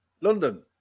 london